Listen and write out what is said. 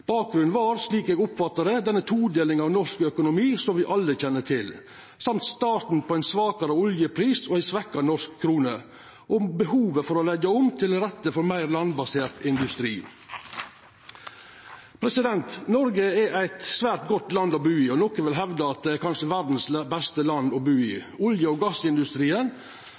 Bakgrunnen var, slik eg oppfattar det, denne todelinga av norsk økonomi som me alle kjenner til, og dessutan starten på ein svakare oljepris og ei svekt norsk krone og behovet for å leggja til rette for meir landbasert industri. Noreg er eit svært godt land å bu i, nokon vil hevda at det kanskje er verdas beste land å bu i. Olje- og gassindustrien